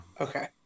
Okay